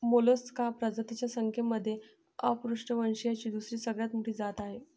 Mollusca प्रजातींच्या संख्येमध्ये अपृष्ठवंशीयांची दुसरी सगळ्यात मोठी जात आहे